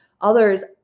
others